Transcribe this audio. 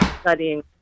studying